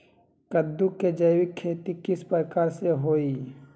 कददु के जैविक खेती किस प्रकार से होई?